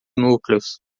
núcleos